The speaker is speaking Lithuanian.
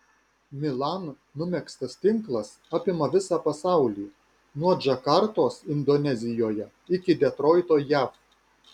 milan numegztas tinklas apima visą pasaulį nuo džakartos indonezijoje iki detroito jav